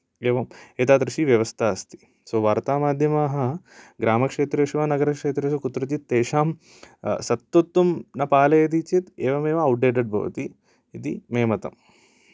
एवम् एतादृशी व्यवस्था अस्ति सो वर्तामाध्यमाः ग्रामक्षेत्रेषु वा नगरक्षेत्रेषु कुत्रचित् तेषां सत्यत्वं न पालयति चेत् एवम् एव औट्डेटेड् भवति इति मे मतम्